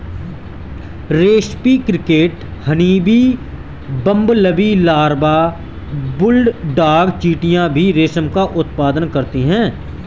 रेस्पी cricket, honeybee, bumblebee larva, bulldog चींटियां भी रेशम का उत्पादन करती हैं